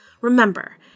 Remember